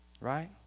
right